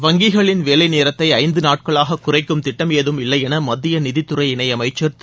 வங்கிகளின் வேலை நேரத்தை ஐந்து நாட்களாக குறைக்கும் திட்டம் ஏதும் இல்லை என மத்திய நிதித்துறை இணையமைச்சர் திரு